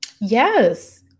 Yes